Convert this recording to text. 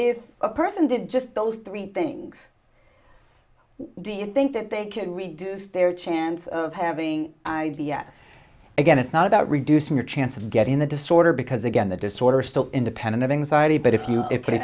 if a person did just those three things do you think that they can reduce their chance of having i d s again it's not about reducing your chance of getting the disorder because again the disorder is still independent of anxiety but if you can